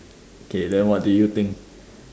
okay then what do you think